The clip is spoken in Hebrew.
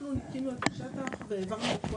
אנחנו ניקינו את השטח והעברנו את כל